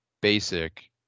basic